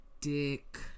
dick